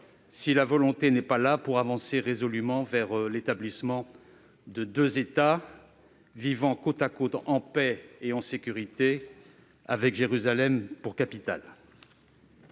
si la volonté n'est pas là d'avancer résolument vers l'établissement de deux États vivant côte à côte, en paix et en sécurité, avec Jérusalem pour capitale.